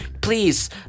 Please